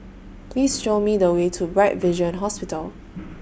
Please Show Me The Way to Bright Vision Hospital